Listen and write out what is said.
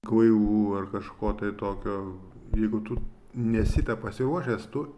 kvailų ar kažko tai tokio jeigu tu nesi pasiruošęs tu